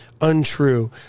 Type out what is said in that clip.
untrue